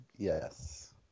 Yes